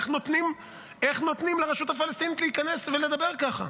איך נותנים לרשות הפלסטינית להיכנס ולדבר ככה?